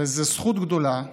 וזו זכות גדולה.